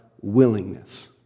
willingness